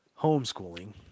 homeschooling